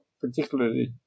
particularly